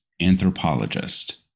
anthropologist